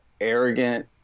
arrogant